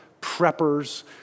preppers